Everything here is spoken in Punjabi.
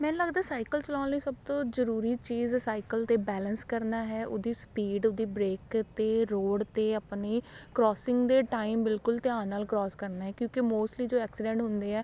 ਮੈਨੂੰ ਲੱਗਦਾ ਸਾਈਕਲ ਚਲਾਉਣ ਲਈ ਸਭ ਤੋਂ ਜ਼ਰੂਰੀ ਚੀਜ਼ ਸਾਈਕਲ 'ਤੇ ਬੈਲੰਸ ਕਰਨਾ ਹੈ ਉਹਦੀ ਸਪੀਡ ਉਹਦੀ ਬਰੇਕ ਅਤੇ ਰੋਡ 'ਤੇ ਆਪਾਂ ਨੇ ਕਰੋਸਿੰਗ ਦੇ ਟਾਈਮ ਬਿਲਕੁਲ ਧਿਆਨ ਨਾਲ ਕਰੋਸ ਕਰਨਾ ਹੈ ਕਿਉਂਕਿ ਮੋਸਟਲੀ ਜੋ ਐਕਸੀਡੈਂਟ ਹੁੰਦੇ ਹੈ